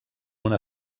una